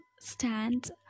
stand